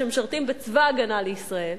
שמשרתים בצבא-הגנה לישראל.